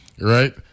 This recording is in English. right